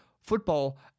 football